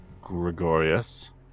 Gregorius